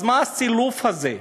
אז מה הסילוף הזה?